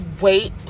wait